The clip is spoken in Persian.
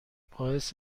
باعث